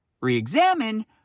re-examine